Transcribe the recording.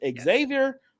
Xavier